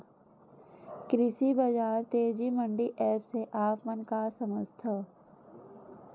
कृषि बजार तेजी मंडी एप्प से आप मन का समझथव?